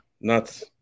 Nuts